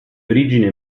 origine